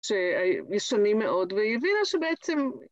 ‫שישנים מאוד, והיא הבינה שבעצם...